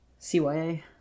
CYA